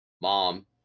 mom